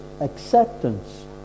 acceptance